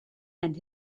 and